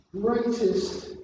greatest